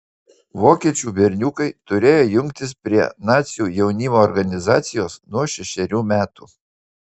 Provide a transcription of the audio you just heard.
vokiečių berniukai turėjo jungtis prie nacių jaunimo organizacijos nuo šešerių metų